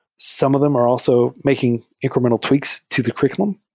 some of them are also making incremental tweaks to the curr iculum.